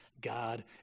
God